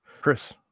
Chris